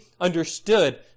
understood